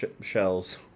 shells